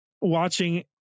Watching